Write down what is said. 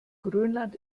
grönland